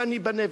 כאן ייבנה,,